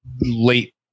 late